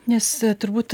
nes turbūt